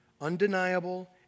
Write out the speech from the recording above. undeniable